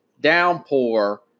downpour